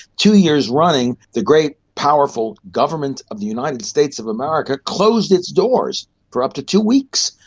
two years running the great powerful government of the united states of america closed its doors for up to two weeks,